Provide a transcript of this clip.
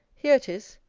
here it is.